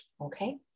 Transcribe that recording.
Okay